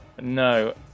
No